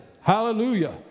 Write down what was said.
Hallelujah